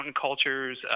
cultures